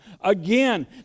Again